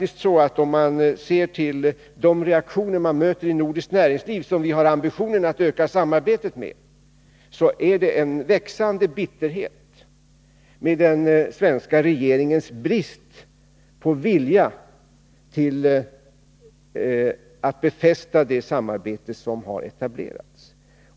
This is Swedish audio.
Ser man till de reaktioner man möter i nordiskt näringsliv, som vi har ambitionen att öka samarbetet med, är det en växande bitterhet mot den svenska regeringens brist på vilja att befästa det samarbete som har etablerats.